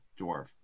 dwarf